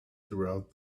throughout